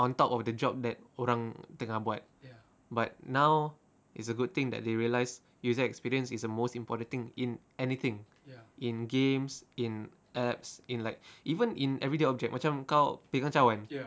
on top of the job that orang tengah buat but now it's a good thing that they realise user experience is the most important thing in anything in games in apps in like even in everyday object macam kau pegang cawan